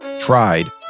tried